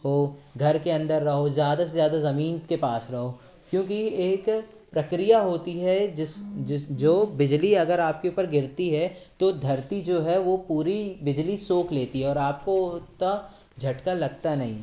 हो घर के अंदर रहो ज़्यादा से ज़्यादा ज़मीन के पास रहो क्योंकि एक प्रक्रिया होती है जिस जिस जो बिजली अगर आपके ऊपर गिरती है तो धरती जो है वो पूरी बिजली सोख लेती है और आपको उतना झटका लगता नहीं